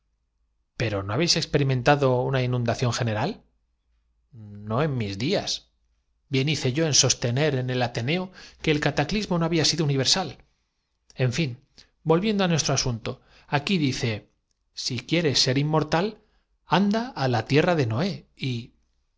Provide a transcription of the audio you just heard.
pero no habéis experimentado una inundación con su cárdena luz general puez habrá usted conocido á mahoma no en mis días bien hice yo en sostener en el ateneo creo prudente don benjamínobservó el capitán que el cata clismo no había sido universal en fin volviendo á de húsaresque mientras disponen los alimentos aclare usted su enigma á fin de emprender el rumbo nuestro asunto aquí dice si quieres ser inmortal hacia nuestras tierras anda á la tierra de noé y sí voy á